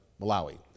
Malawi